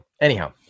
Anyhow